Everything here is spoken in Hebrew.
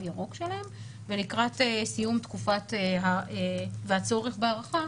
הירוק שלהם ולקראת סיום התקופה והצורך בהארכה,